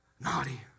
naughty